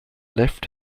left